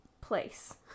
place